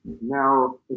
now